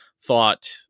thought